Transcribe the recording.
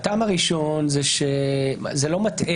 הטעם הראשון הוא שזה לא מטעה,